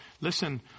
listen